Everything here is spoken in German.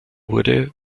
wurde